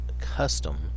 custom